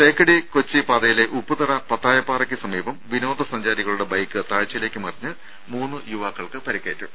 തേക്കടി കൊച്ചി പാതയിലെ ഉപ്പുതറ പത്തായപ്പാറയ്ക്ക് സമീപം വിനോദസഞ്ചാരികളുടെ ബൈക്ക് താഴ്ചയിലേക്ക് മറിഞ്ഞ് മൂന്ന് യുവാക്കൾക്ക് പരിക്കേറ്റു